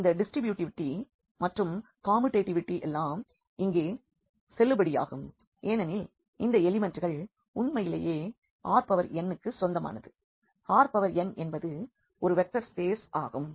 இந்த டிஸ்ட்ரிபியூட்டிவிட்டி மற்றும் கம்முடேட்டிவிடி எல்லாம் இங்கே செல்லுபடியாகும் ஏனெனில் இந்த எலிமெண்ட்கள் உண்மையில் Rn க்கு சொந்தமானது Rn என்பது ஒரு வெக்டர் ஸ்பேஸ் ஆகும்